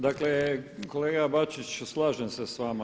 Dakle, kolega Bačić slažem se sa vama.